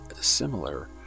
similar